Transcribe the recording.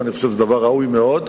ואני חושב שזה דבר ראוי מאוד,